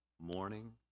Morning